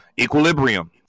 Equilibrium